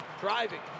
driving